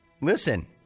Listen